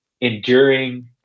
enduring